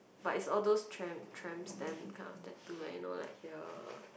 but is all those tramp Tramp Stamp kind of tattoo like you know like here